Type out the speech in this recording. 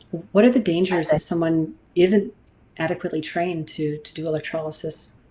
what are the dangers if someone isn't adequately trained to to do electrolysis?